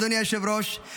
אדוני היושב-ראש,